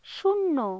শূন্য